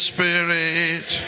Spirit